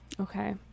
Okay